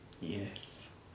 Yes